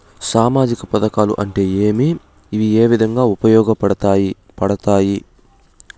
సామాజిక పథకాలు అంటే ఏమి? ఇవి ఏ విధంగా ఉపయోగపడతాయి పడతాయి?